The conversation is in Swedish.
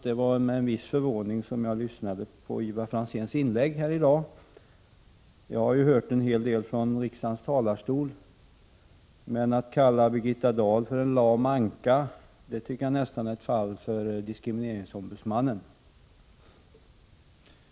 Det var med en viss förvåning som jag lyssnade på Ivar Franzéns inlägg här i dag. Jag har hört en hel del från riksdagens talarstol, men att kalla Birgitta Dahl för en lam anka tycker jag nästan är ett fall för diskrimineringsombudsmannen.